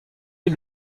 est